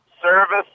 Service